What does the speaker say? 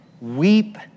weep